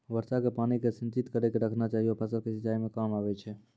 वर्षा के पानी के संचित कड़ी के रखना चाहियौ फ़सल के सिंचाई मे काम आबै छै?